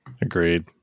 Agreed